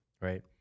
right